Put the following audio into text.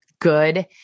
good